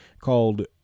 called